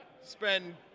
spend